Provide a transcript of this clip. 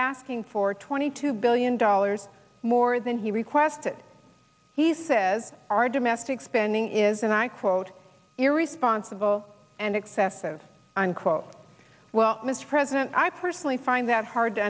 asking for twenty two billion dollars more than he requested he says our domestic spending is and i quote you're responsible and excessive unquote well mr president i personally find that hard to